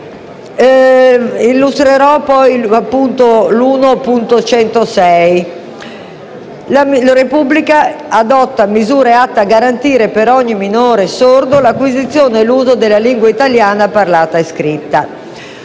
1.106 recita: «La Repubblica adotta misure atte a garantire per ogni minore sordo l'acquisizione e l'uso della lingua italiana parlata e scritta».